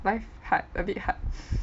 life hard a bit hard